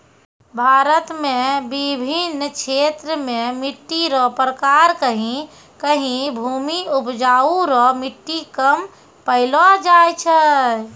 भारत मे बिभिन्न क्षेत्र मे मट्टी रो प्रकार कहीं कहीं भूमि उपजाउ रो मट्टी कम पैलो जाय छै